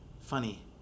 Funny